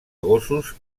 gossos